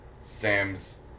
Sam's